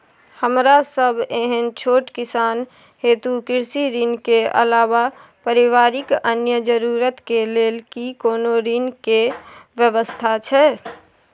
हमरा सब एहन छोट किसान हेतु कृषि ऋण के अलावा पारिवारिक अन्य जरूरत के लेल की कोनो ऋण के व्यवस्था छै?